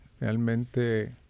realmente